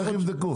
ייבדקו?